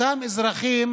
אותם אזרחים